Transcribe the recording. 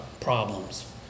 problems